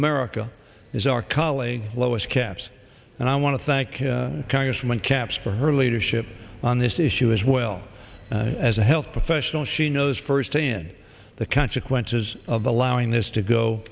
america is our colleague lois capps and i want to thank congressman caps for her leadership on this issue as well as a health professional she knows firsthand the consequences of allowing this to go